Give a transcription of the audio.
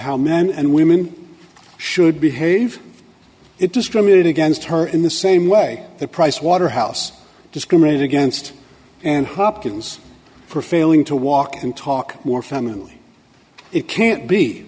how men and women should behave it discriminated against her in the same way that pricewaterhouse discriminated against and hopkins for failing to walk and talk more family it can't be